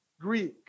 Greek